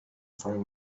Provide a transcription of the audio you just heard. find